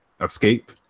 escape